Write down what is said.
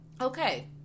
Okay